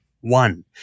one